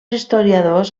historiadors